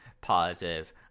positive